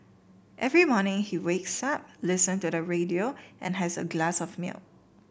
every morning he wakes up listen to the radio and has a glass of milk